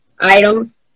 items